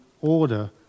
order